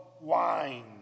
wine